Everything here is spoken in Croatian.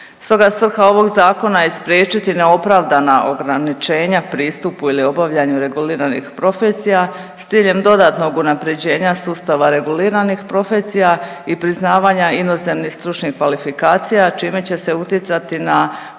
Stoga svrha ovog zakona je spriječiti neopravdana ograničenja pristupu ili obavljanju reguliranih profesija s ciljem dodatnog unaprjeđenja sustava reguliranih profesija i priznavanja inozemnih stručnih kvalifikacija čime će se utjecati na